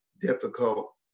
difficult